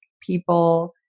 people